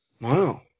Wow